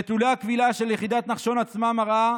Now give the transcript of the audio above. נתוני הכבילה של יחידת נחשון עצמה מראה,